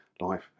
life